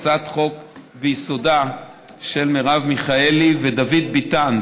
הצעת חוק היא ביסודה של מרב מיכאלי ודוד ביטן.